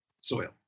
soil